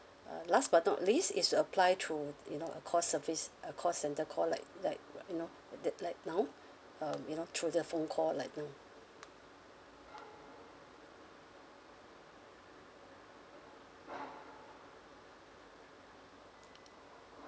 uh last but not least is to apply through you know a call service a call centre call like like you know that like now um you know through the phone call like now